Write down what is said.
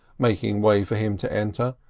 making way for him to enter,